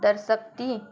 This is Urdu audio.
درستگی